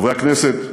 חברי הכנסת,